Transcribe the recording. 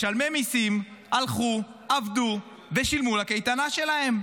משלמי מיסים הלכו, עבדו ושילמו על הקייטנה שלהם,